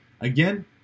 Again